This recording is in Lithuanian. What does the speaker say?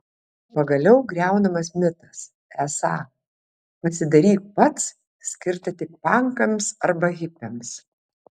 pagaliau griaunamas mitas esą pasidaryk pats skirta tik pankams arba hipiams